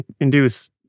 induce